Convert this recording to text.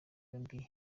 yombi